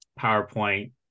PowerPoint